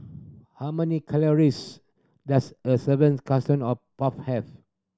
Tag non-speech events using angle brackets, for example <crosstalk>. how many calories does a <unintelligible> puff have